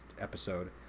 episode